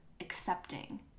accepting